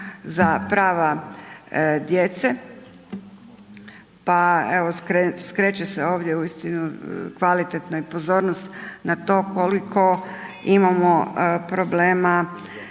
za prava djece pa evo, skreće se ovdje uistinu kvalitetna i pozornost na to koliko imamo problema